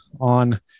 on